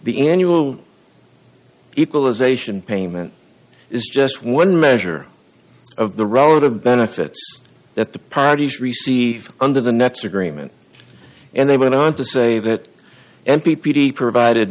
the annual equalization payment is just one measure of the relative benefits that the parties receive under the next agreement and they went on to say that m p p t provided